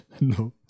No